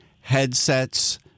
headsets